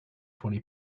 twenty